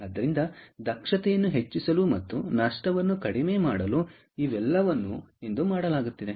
ಆದ್ದರಿಂದ ದಕ್ಷತೆಯನ್ನು ಹೆಚ್ಚಿಸಲು ಮತ್ತು ನಷ್ಟವನ್ನು ಕಡಿಮೆ ಮಾಡಲು ಇವೆಲ್ಲವನ್ನೂ ಇಂದು ಮಾಡಲಾಗುತ್ತಿದೆ